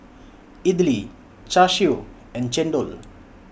Idly Char Siu and Chendol